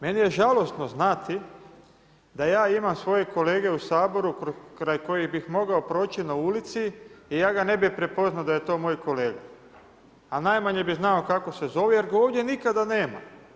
Meni je žalosno znati da ja imam svoje kolege u Saboru kraj kojih bih mogao proći na ulici i ja ga ne bih prepoznao da je to moj kolega, a najmanje bih znao kako se zovu jer ga ovdje nikada nema.